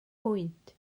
pwynt